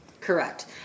Correct